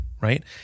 right